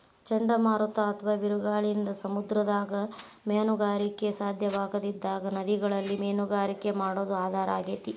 ಚಂಡಮಾರುತ ಅತ್ವಾ ಬಿರುಗಾಳಿಯಿಂದ ಸಮುದ್ರದಾಗ ಮೇನುಗಾರಿಕೆ ಸಾಧ್ಯವಾಗದಿದ್ದಾಗ ನದಿಗಳಲ್ಲಿ ಮೇನುಗಾರಿಕೆ ಮಾಡೋದು ಆಧಾರ ಆಗೇತಿ